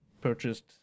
purchased